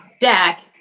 deck